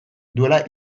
duela